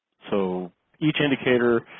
so each indicator